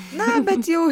na bet jau